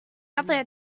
other